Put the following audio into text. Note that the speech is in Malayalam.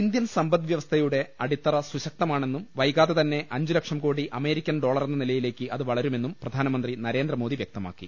ഇന്ത്യൻ സമ്പദ്വ്യവസ്ഥയുടെ അടിത്തറ സുശക്തമാണെന്നും വൈകാതെതന്നെ അഞ്ചുലക്ഷംകോടി അമേരിക്കൻ ഡോളറെന്ന നിലയിലേക്ക് അതു വളരുമെന്നും പ്രധാനമന്ത്രി നരേന്ദ്രമോദി വ്യക്തമാക്കി